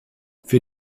für